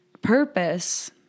purpose